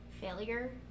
failure